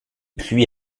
pluies